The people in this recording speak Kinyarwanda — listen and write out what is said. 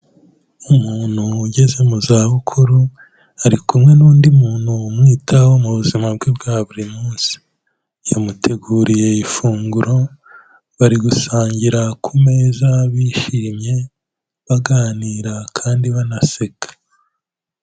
Umuntu ugeze mu za bukuru, ari kumwe n'undi muntu umwitaho mu buzima bwe bwa buri munsi, yamuteguriye ifunguro bari gusangira ku meza bishimye, baganira kandi banaseka.